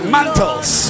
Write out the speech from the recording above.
Mantles